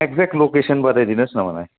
exact location बताइदिनु होस् न मलाई